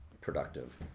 productive